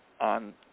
on